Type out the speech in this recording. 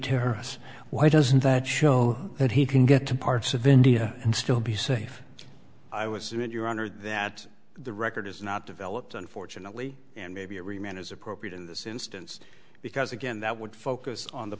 terrorists why doesn't that show that he can get to parts of india and still be safe i was in your honor that the record is not developed unfortunately and maybe every man is appropriate in this instance because again that would focus on the